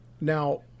Now